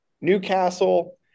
Newcastle